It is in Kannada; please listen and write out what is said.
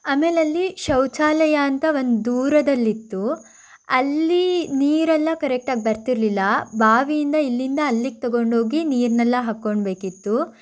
ಆಮೇಲಲ್ಲಿ ಶೌಚಾಲಯ ಅಂತ ಒಂದು ದೂರದಲ್ಲಿ ಇತ್ತು ಅಲ್ಲಿ ನೀರೆಲ್ಲ ಕರೆಕ್ಟಾಗಿ ಬರ್ತಿರ್ಲಿಲ್ಲ ಬಾವಿಯಿಂದ ಇಲ್ಲಿಂದ ಅಲ್ಲಿಗೆ ತಗೊಂಡು ಹೋಗಿ ನೀರನ್ನೆಲ್ಲ ಹಾಕೊಳ್ಬೇಕಿತ್ತು